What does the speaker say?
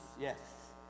yes